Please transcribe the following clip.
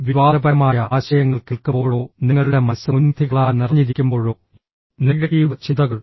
വിവാദപരമായ ആശയങ്ങൾ കേൾക്കുമ്പോഴോ നിങ്ങളുടെ മനസ്സ് മുൻവിധികളാൽ നിറഞ്ഞിരിക്കുമ്പോഴോ നെഗറ്റീവ് ചിന്തകൾ